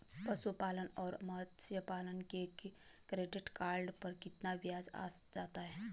पशुपालन और मत्स्य पालन के क्रेडिट कार्ड पर कितना ब्याज आ जाता है?